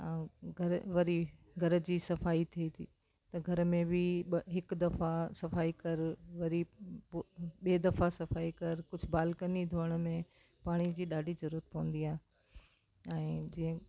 ऐं घर वरी घर जी सफ़ाई थिए थी त घर में बि ॿ हिकु दफ़ा सफ़ाई कर वरी ॿिए दफ़ा सफ़ाई कर कुझु बालकनी धोइण में पाणी जी ॾाढी ज़रूरुत पवंदी आहे ऐं जीअं